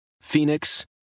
Phoenix